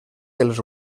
els